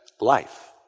life